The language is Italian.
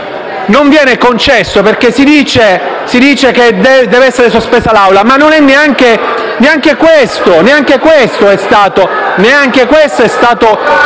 non viene concesso perché si dice che deve essere sospesa la seduta d'Aula. Ma neanche questo è stato